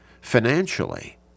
financially